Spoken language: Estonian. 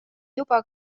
juba